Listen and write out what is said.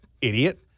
Idiot